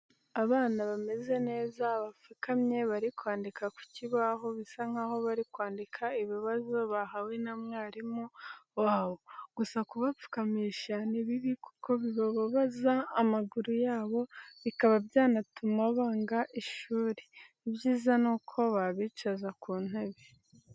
Abana bameze neza bapfukamye bari kwandika ku kibaho, bisa nkaho bari kwandika ibibazo bahawe na mwarimu wabo, gusa kubapfukamisha ni bibi kuko bibababaza amaguru yabo bikaba byanatuma banga ishuri, ibyiza ni uko babicaza ku ntebe.